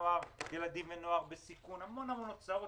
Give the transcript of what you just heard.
ילדים ונוער בסיכון המון הוצאות